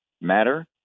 matter